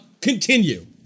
Continue